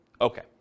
Okay